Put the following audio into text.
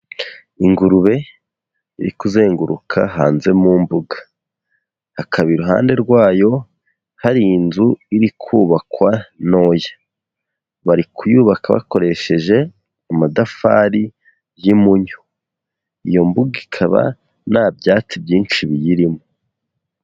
Ingurube iri kuzenguruka hanze mu mbuga. Hakaba iruhande rwayo, hari inzu iri kubakwa ntoya. Bari kuyubaka bakoresheje amatafari y'impunyu. Iyo mbuga ikaba nta byatsi byinshi biyirimo.